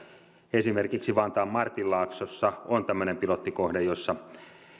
esimerkiksi vantaan martinlaaksossa on tämmöinen pilottikohde jossa